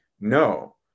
no